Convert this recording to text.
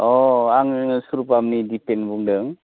अ आङोनो सुरबामनि दिपेन बुंदों